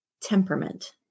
temperament